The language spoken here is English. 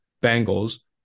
bangles